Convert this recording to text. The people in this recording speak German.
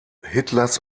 hitlers